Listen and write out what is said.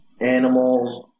animals